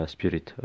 Spirit